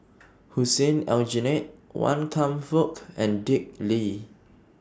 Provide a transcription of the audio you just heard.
Hussein Aljunied Wan Kam Fook and Dick Lee